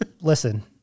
listen